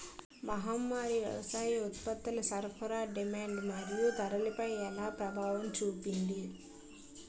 మహమ్మారి వ్యవసాయ ఉత్పత్తుల సరఫరా డిమాండ్ మరియు ధరలపై ఎలా ప్రభావం చూపింది?